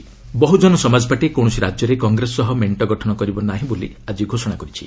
BSP Congress Bahujan Samaj party କୌଣସି ରାଜ୍ୟରେ Congress ସହ ମେଣ୍ଟ ଗଠନ କରିବ ନାହିଁ ବୋଲି ଆଜି ଘୋଷଣା କରିଛି